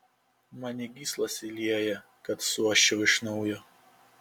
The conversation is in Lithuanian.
man į gyslas įlieja kad suoščiau iš naujo